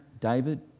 David